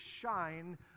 shine